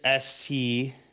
ST